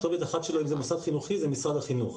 כתובת אחת שלהם זה משרד חינוכי, זה משרד החינוך.